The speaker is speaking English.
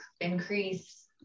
increase